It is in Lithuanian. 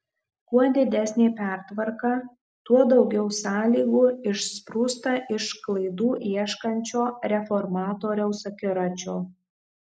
kuo didesnė pertvarka tuo daugiau sąlygų išsprūsta iš klaidų ieškančio reformatoriaus akiračio